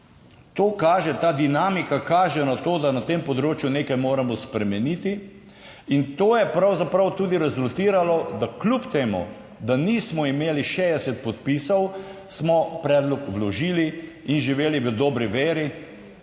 To kaže, ta dinamika kaže na to, da na tem področju nekaj moramo spremeniti. In to je pravzaprav tudi rezultiralo, da kljub temu, da nismo imeli 60 podpisov, smo predlog vložili in živeli v dobri veri,